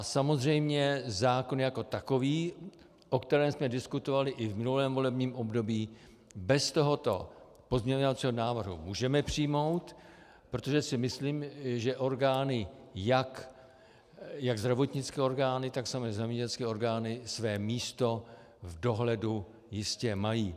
Samozřejmě zákon jako takový, o kterém jsme diskutovali i v minulém volebním období, bez tohoto pozměňovacího návrhu můžeme přijmout, protože si myslím, že jak zdravotnické orgány, tak zemědělské orgány své místo v dohledu jistě mají.